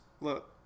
look